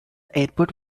airport